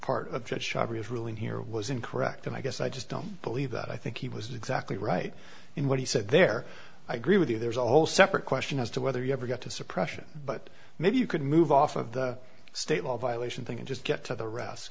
sharia ruling here was incorrect and i guess i just don't believe that i think he was exactly right in what he said there i agree with you there's a whole separate question as to whether you ever got to suppression but maybe you could move off of the state law violation thing and just get to the rest